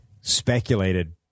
speculated